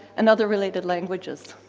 and other related languages.